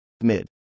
Mid